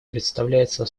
представляется